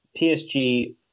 PSG